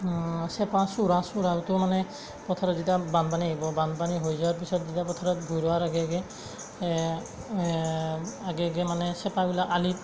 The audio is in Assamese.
চেপা চূড়া চূড়ালটো মানে পথাৰত যেতিয়া বানপানী আহিব বানপানী হৈ যোৱাৰ পিছত যেতিয়া পথাৰত ভুঁই ৰুৱাৰ আগে আগে আগে আগে মানে চেপাবিলাক আলিত